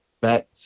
back